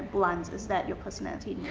blunt. is that your personality